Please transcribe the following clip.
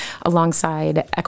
alongside